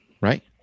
Right